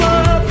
up